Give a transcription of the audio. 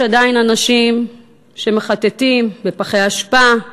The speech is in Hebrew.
יש עדיין אנשים שמחטטים בפחי אשפה,